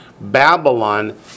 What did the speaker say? Babylon